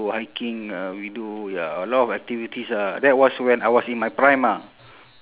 hiking uh we do ya a lot of activities ah that was when I was in my prime ah